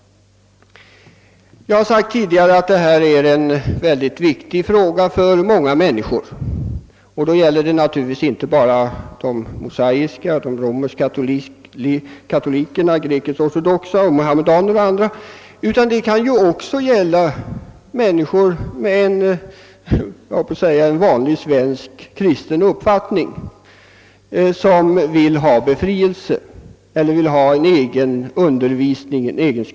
Jag har tidigare framhållit att detta är en mycket viktig fråga för många människor. Det gäller naturligtvis inte bara de mosaiska, romersk-katolska, grekisk-ortodoxa, muhammedanska och andra bekännare av en »främmande tro», utan det kan också gälla människor med så att säga vanlig svensk kristen uppfattning som vill ha egen undervisning.